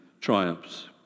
triumphs